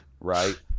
right